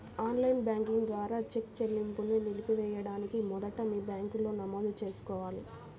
on line banking ద్వారా cheque చెల్లింపును నిలిపివేయడానికి మొదట మీ బ్యాంకులో నమోదు చేసుకోవాలి